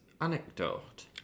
anecdote